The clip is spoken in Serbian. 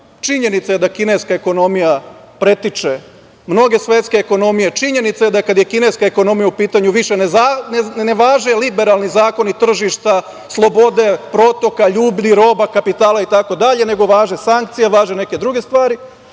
Činjenica je da kineska ekonomija pretiče mnoge svetske ekonomije, činjenica je da kad je kineska ekonomija u pitanju više ne važe liberalni zakoni tržišta, slobode, protoka, ljudi, roba, kapitala, itd. nego važe sankcije, važe neke druge stvari,